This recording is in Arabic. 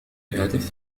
الهاتف